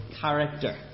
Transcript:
character